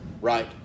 Right